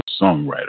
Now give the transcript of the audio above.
songwriter